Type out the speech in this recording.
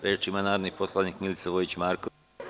Reč ima narodni poslanik Milica Vojić Marković.